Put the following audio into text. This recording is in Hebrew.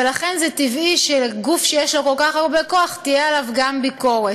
ולכן זה טבעי שגוף שיש לו כל כך הרבה כוח תהיה עליו גם ביקורת.